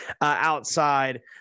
outside